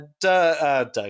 Doug